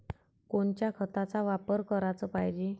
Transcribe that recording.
कोनच्या खताचा वापर कराच पायजे?